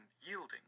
yielding